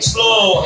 Slow